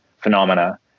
phenomena